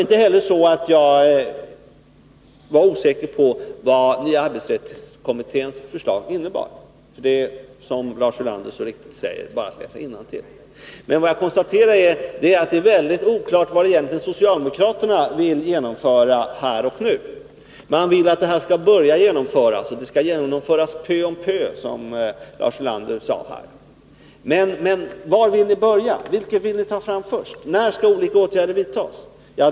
Inte heller var jag osäker på vad nya arbetsrättskommitténs förslag innebar, för det är — som Lars Ulander så riktigt säger — bara att läsa innantill. Men vad jag konstaterade var att det är mycket oklart vad socialdemokraterna egentligen vill genomföra här och nu. Ni vill att det skall börja genomföras, och det skall ske pö om pö, som Lars Ulander sade, men var vill ni börja? Vilket vill ni ta fram först? När skall olika åtgärder vidtas?